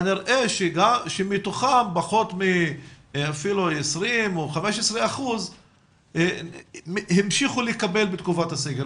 כנראה שמתוכם פחות אפילו מ-20% או 15% המשיכו לקבל בתקופת הסגר.